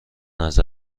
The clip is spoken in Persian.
نظر